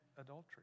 adultery